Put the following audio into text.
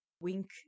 wink